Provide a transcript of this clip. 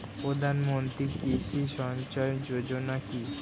প্রধানমন্ত্রী কৃষি সিঞ্চয়ী যোজনা কি?